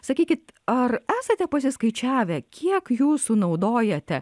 sakykit ar esate pasiskaičiavę kiek jūs sunaudojate